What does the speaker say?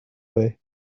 way